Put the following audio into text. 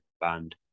band